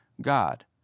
God